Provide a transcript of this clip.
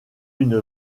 une